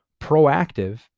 proactive